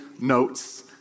notes